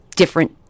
different